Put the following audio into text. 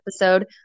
episode